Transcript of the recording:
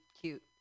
cute